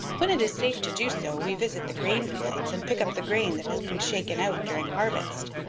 when it is safe to do so we visit the grain fields and pick up the grain that has been shaken out during harvest.